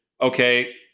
okay